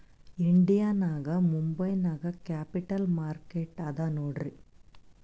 India ನಾಗ್ ಮುಂಬೈ ನಾಗ್ capital market ಅದಾ ನೋಡ್ರಿ